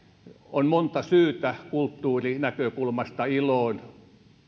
on monta syytä kulttuurinäkökulmasta iloon